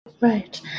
Right